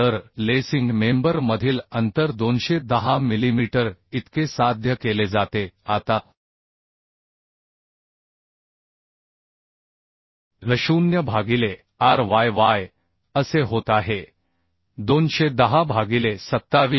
तर lacing member मधील अंतर 210 मिलीमीटर इतके साध्य केले जाते आता L0 भागिले r y y असे होत आहे 210 भागिले 27